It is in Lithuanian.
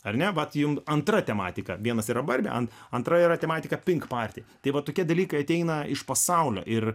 ar ne vat jums antra tematika vienas yra barbenti antra yra tematika pink party tai va tokie dalykai ateina iš pasaulio ir